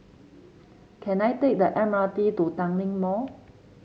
can I take the M R T to Tanglin Mall